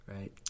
Right